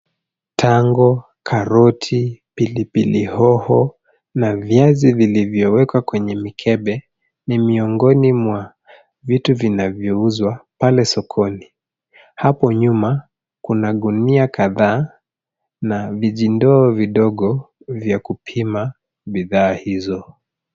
Tango, karoti, pilipili hoho na viazi vilivyowekwa kwenye mikebe, ni miongoni mwa vitu vinavyouzwa pale sokoni. Hapo nyuma, kuna gunia kadhaa na vijindoo vidogo vya kupima bidhaa hizo.